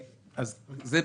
אנחנו